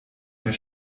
mehr